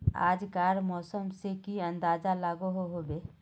आज कार मौसम से की अंदाज लागोहो होबे?